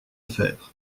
faire